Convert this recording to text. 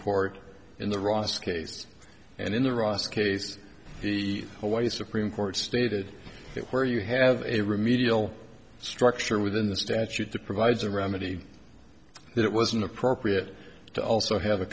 court in the ross case and in the ross case the hawaii supreme court stated that where you have a remedial structure within the statute that provides a remedy that it wasn't appropriate to also have a